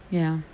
ya